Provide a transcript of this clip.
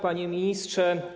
Panie Ministrze!